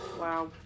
Wow